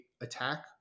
attack